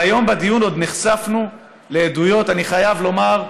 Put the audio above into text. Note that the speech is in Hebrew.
והיום בדיון עוד נחשפנו לעדויות, אני חייב לומר,